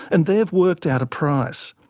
and they've worked out a price,